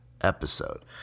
episode